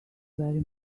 very